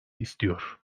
istiyor